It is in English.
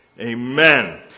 Amen